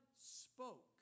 spoke